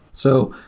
so,